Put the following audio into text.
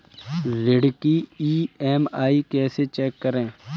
ऋण की ई.एम.आई कैसे चेक करें?